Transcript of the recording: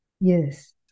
Yes